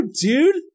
dude